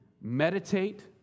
meditate